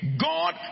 God